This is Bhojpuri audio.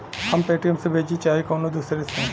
हम पेटीएम से भेजीं चाहे कउनो दूसरे से